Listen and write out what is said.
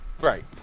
Right